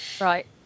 Right